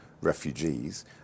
refugees